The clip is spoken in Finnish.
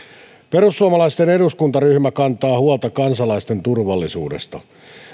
perussuomalaisten eduskuntaryhmä kantaa huolta kansalaisten turvallisuudesta